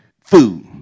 food